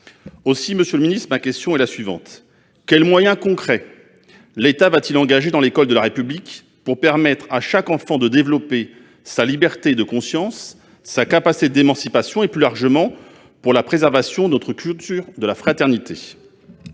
Aussi, ma question est la suivante : quels moyens concrets l'État va-t-il engager dans l'école de la République pour permettre à chaque enfant de développer sa liberté de conscience et sa capacité d'émancipation et, plus largement, pour préserver notre culture de la fraternité ?